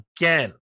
again